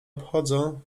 obchodzą